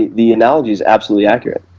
the analogy is absolutely accurate.